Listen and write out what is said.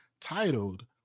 titled